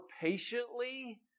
patiently